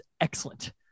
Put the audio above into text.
excellent